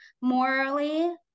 morally